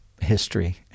history